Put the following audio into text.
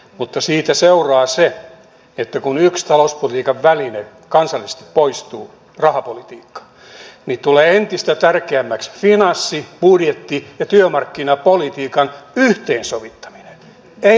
mutta siitä seuraa se että kun yksi talouspolitiikan väline kansallisesti poistuu rahapolitiikka niin tulee entistä tärkeämmäksi finanssi budjetti ja työmarkkinapolitiikan yhteensovittaminen ei hajottaminen